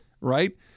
Right